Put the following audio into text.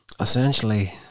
Essentially